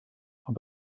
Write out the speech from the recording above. ond